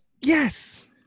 Yes